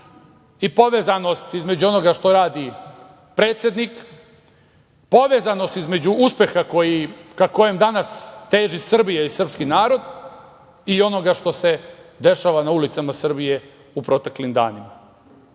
i povezanost između onoga što radi predsednik, povezanost između uspeha ka kojem danas teži Srbija i srpski narod i onoga što se dešava na ulicama Srbije u proteklim danima.